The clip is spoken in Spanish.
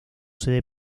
sede